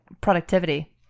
productivity